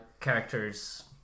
characters